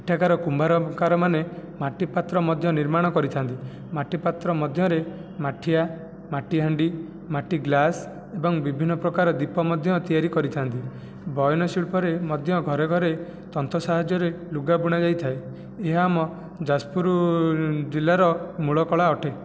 ଏଠାକାର କୁମ୍ଭକାରମାନେ ମାଟିପାତ୍ର ମଧ୍ୟ ନିର୍ମାଣ କରିଥାନ୍ତି ମାଟିପାତ୍ର ମଧ୍ୟରେ ମାଠିଆ ମାଟିହାଣ୍ଡି ମାଟି ଗ୍ଲାସ୍ ଏବଂ ବିଭିନ୍ନ ପ୍ରକାର ଦୀପ ମଧ୍ୟ ତିଆରି କରିଥାନ୍ତି ବୟନ ଶିଳ୍ପରେ ମଧ୍ୟ ଘରେ ଘରେ ତନ୍ତ ସାହାଯ୍ୟରେ ଲୁଗା ବୁଣା ଯାଇଥାଏ ଏହା ଆମ ଯାଜପୁର ଜିଲ୍ଲାର ମୂଳ କଳା ଅଟେ